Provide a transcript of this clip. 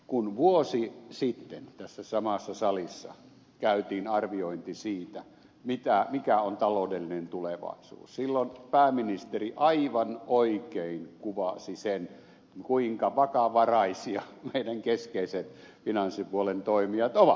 kun vuosi sitten tässä samassa salissa tehtiin arviointia siitä mikä on taloudellinen tulevaisuus silloin pääministeri aivan oikein kuvasi sen kuinka vakavaraisia meidän keskeiset finanssipuolen toimijamme ovat